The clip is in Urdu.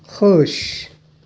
خوش